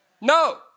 No